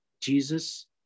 Jesus